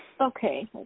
Okay